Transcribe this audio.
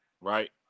right